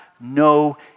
no